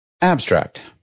Abstract